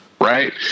right